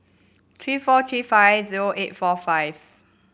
three four three five zero eight four five